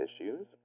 issues